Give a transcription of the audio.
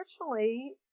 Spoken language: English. unfortunately